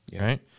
right